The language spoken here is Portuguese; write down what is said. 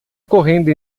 correndo